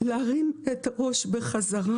להרים את הראש בחזרה.